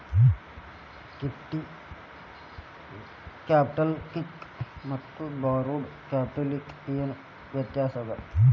Fixed ಕ್ಯಾಪಿಟಲಕ್ಕ ಮತ್ತ borrowed ಕ್ಯಾಪಿಟಲಕ್ಕ ಏನ್ ವ್ಯತ್ಯಾಸದ?